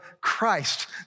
Christ